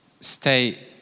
stay